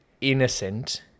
innocent